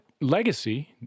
legacy